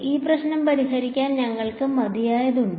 ഈ പ്രശ്നം പരിഹരിക്കാൻ ഞങ്ങൾക്ക് മതിയായതുണ്ടോ